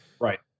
Right